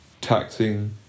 taxing